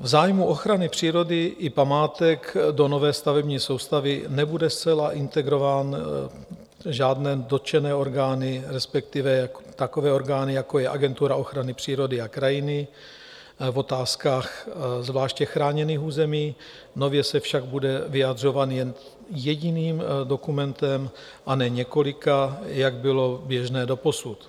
V zájmu ochrany přírody i památek do nové stavební soustavy nebudou zcela integrovány žádné dotčené orgány, respektive takové orgány, jako je Agentura ochrany přírody a krajiny, v otázkách zvláště chráněných území, nově se však bude vyjadřovat jen jediným dokumentem, a ne několika, jak bylo běžné doposud.